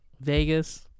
Vegas